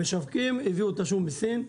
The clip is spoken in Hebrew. המשווקים הביאו את השום מסין,